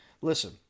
Listen